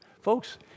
folks